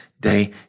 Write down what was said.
day